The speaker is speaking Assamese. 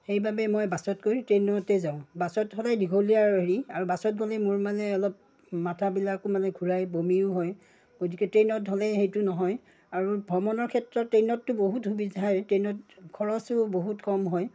সেইবাবে মই বাছতকৈ ট্ৰেইনতে যাওঁ বাছত হ'লে দীঘলীয়া আৰু হেৰি আৰু বাছত গ'লে মোৰ মানে অলপ মাথাবিলাকো মানে ঘূৰাই বমিও হয় গতিকে ট্ৰেইনত হ'লে সেইটো নহয় আৰু ভ্ৰমণৰ ক্ষেত্ৰত ট্ৰেইনততো বহুত সুবিধা হয় ট্ৰেইনত খৰচো বহুত কম হয়